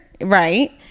Right